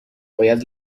باید